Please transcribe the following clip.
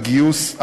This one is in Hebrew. הגיוס,